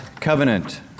covenant